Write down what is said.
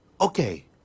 Okay